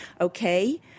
Okay